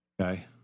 Okay